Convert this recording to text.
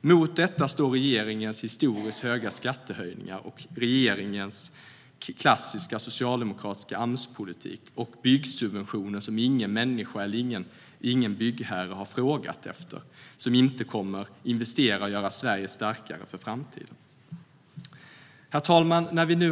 Mot detta står regeringens historiskt höga skattehöjningar och regeringens klassiska socialdemokratiska Amspolitik och byggsubventioner som ingen människa eller byggherre har frågat efter och som inte är att investera och göra Sverige starkare för framtiden. Herr talman! Vi